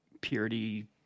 purity